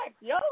yo